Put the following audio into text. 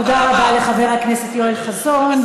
תודה רבה לחבר הכנסת יואל חסון,